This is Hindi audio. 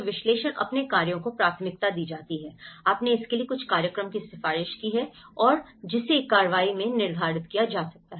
विश्लेषण अपने कार्यों को प्राथमिकता दी है आपने इसके लिए कुछ कार्यक्रम की सिफारिश की है और जिसे कार्रवाई में निर्धारित किया जा सकता है